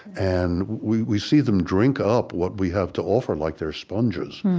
and we we see them drink up what we have to offer like they're sponges,